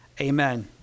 amen